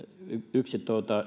yksi